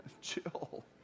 chill